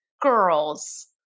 girls